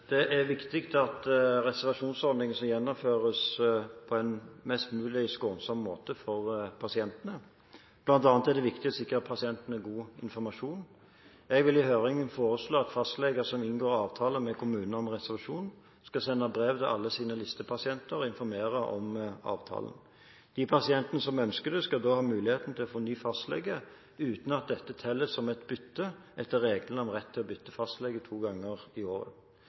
Det er viktig at reservasjonsordningen gjennomføres på en mest mulig skånsom måte for pasientene. Blant annet er det viktig å sikre pasientene god informasjon. Jeg vil i høringen foreslå at fastleger som inngår avtale med kommunen om reservasjon, skal sende brev til alle sine listepasienter og informere om avtalen. De pasientene som ønsker det, skal da ha muligheten til å få ny fastlege uten at dette telles som et bytte etter reglene om rett til å bytte fastlege to ganger i året.